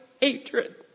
hatred